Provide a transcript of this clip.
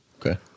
Okay